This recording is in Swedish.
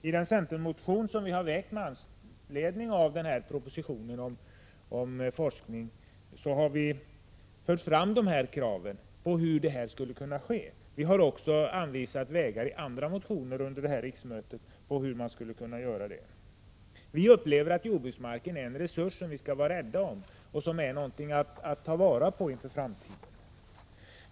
I den centermotion som vi har väckt med anledning av propositionen om forskning har vi fört fram krav på hur detta skulle kunna ske. Vi har också i andra motioner under detta riksmöte anvisat vägar för hur detta skulle kunna gå till. Vi anser att jordbruksmarken är en resurs som vi skall vara rädda om och att den är något som vi skall ta vara på för framtiden.